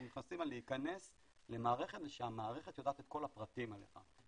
מדברים על להיכנס למערכת ושהמערכת יודעת את כל הפרטים עליך.